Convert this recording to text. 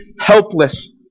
helpless